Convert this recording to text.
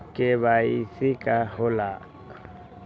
KYC का होला?